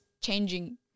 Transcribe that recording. changing